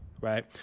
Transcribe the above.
right